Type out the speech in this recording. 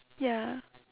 ya